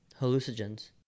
hallucinogens